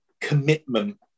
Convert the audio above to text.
commitment